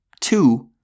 two